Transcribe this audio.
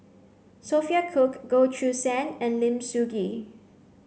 Sophia Cooke Goh Choo San and Lim Sun Gee